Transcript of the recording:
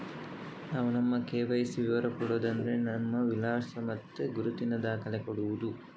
ನಾವು ನಮ್ಮ ಕೆ.ವೈ.ಸಿ ವಿವರ ಕೊಡುದು ಅಂದ್ರೆ ನಮ್ಮ ವಿಳಾಸ ಮತ್ತೆ ಗುರುತಿನ ದಾಖಲೆ ಕೊಡುದು